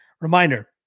Reminder